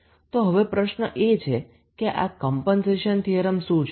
તો હવે પ્રશ્ન એ છે કે આ કમ્પનસેશન થીયરમ એટલે શું